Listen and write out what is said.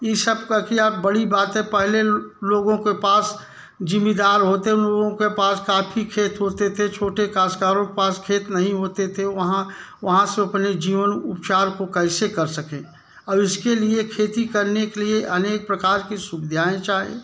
इ सब का क्या बड़ी बाते पहले लोगों के पास जमींदार होते उन लोगों के पास काफ़ी खेत होते थे छोटे काश्तकारों के पास खेत नहीं होते थे वहाँ वहाँ से वो अपने जीवन उपचार को कैसे कर सके और इसके लिए खेती करने के लिए अनेक प्रकार की सुविधाएँ चाहें